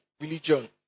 religion